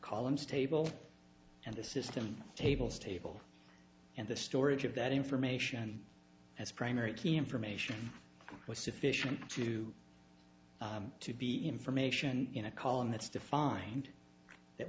columns table and the system tables table and the storage of that information as primary key information was sufficient to to be information in a column that